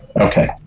Okay